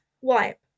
wipe